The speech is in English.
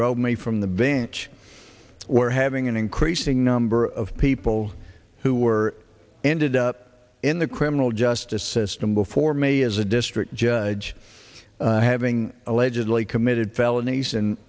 drove me from the bench where having an increasing number of people who were ended up in the criminal justice system before me as a district judge having allegedly committed felonies and